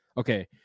Okay